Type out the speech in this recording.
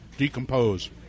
decompose